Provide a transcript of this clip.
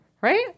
Right